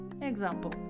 Example